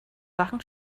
sachen